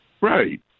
Right